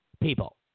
people